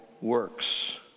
works